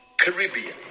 Caribbean